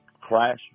crash